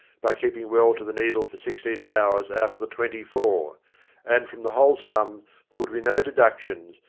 by keeping well to the needle for sixteen hours out of the twenty-four and from the whole sum there would be no deductions,